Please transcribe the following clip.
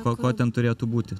ko ko ten turėtų būti